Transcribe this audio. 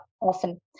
often